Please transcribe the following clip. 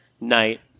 night